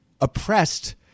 oppressed